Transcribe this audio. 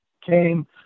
came